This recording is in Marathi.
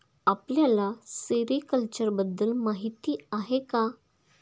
आपल्याला सेरीकल्चर बद्दल माहीती आहे का?